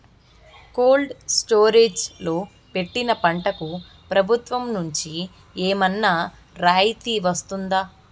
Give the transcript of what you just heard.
Cold storage లో పెట్టిన పంటకు ప్రభుత్వం నుంచి ఏమన్నా రాయితీ వస్తుందా?